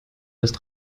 ist